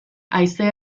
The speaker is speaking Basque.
haize